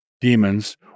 demons